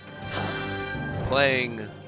Playing